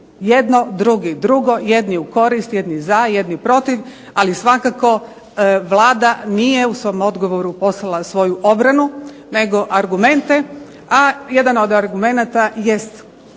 jedno, drugi drugo. Jedni u korist, jedni za, jedni protiv, ali svakako Vlada nije u svom odgovoru poslala svoju obranu nego argumente, a jedan od argumenata jest